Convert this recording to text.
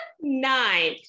Nine